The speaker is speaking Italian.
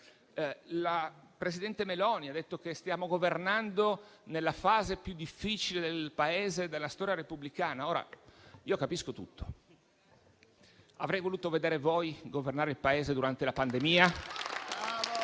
Il presidente Meloni ha detto che state governando nella fase più difficile del Paese e della storia repubblicana. Capisco tutto, ma avrei voluto vedere voi governare il Paese durante la pandemia.